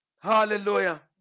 Hallelujah